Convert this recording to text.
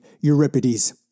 Euripides